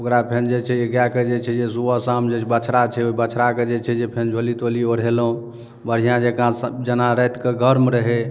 ओकरा फेन जे छै गायके जे छै जे सुबह शाम जे बछड़ा छै ओइ बछड़ाके जे छै जे फेन झोली तोली ओढ़ेलहुँ बढ़िआँ जकाँ जेना रातिकऽ गर्म रहै